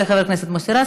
חבר הכנסת מוסי רז,